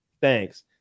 Thanks